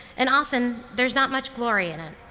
and often there's not much glory in it.